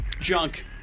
junk